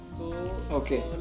okay